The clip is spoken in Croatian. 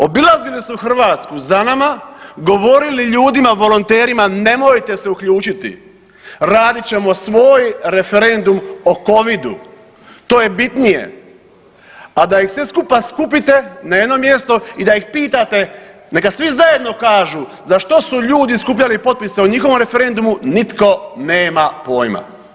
Obilazili su Hrvatsku za nama, govorili ljudima, volonterima, nemojte se uključiti, radit ćemo svoj referendum o Covidu, to je bitnije, a da ih sve skupa skupite na jedno mjesto i da ih pitate neka svi zajedno kažu za što su ljudi skupljali potpise o njihovom referendumu, nitko nema pojma.